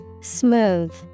Smooth